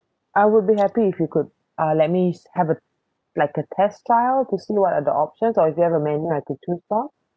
I would be happy if you could uh let me have a like a test trial to see what are the options or if you have a menu I could choose from